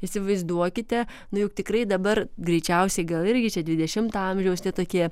įsivaizduokite nu juk tikrai dabar greičiausiai gal irgi čia dvidešimto amžiaus tie tokie